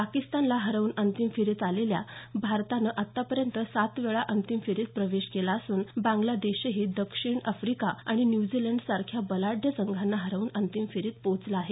पाकिस्तानला हरवून अंतिम फेरीत आलेल्या भारतानं आतापर्यंत सात वेळा अंतिम फेरीत प्रवेश केला असून बांगलादेशही दक्षिण अफ्रिका आणि न्युझिलंड सारख्या बलाढ्य संघांना हरवून अंतिम फेरीत पोहोचला आहे